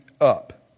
up